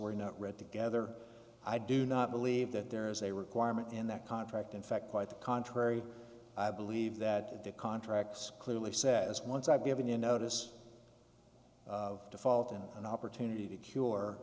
promissory note read together i do not believe that there is a requirement in that contract in fact quite the contrary i believe that the contracts clearly says once i've given you notice of default and an opportunity to cure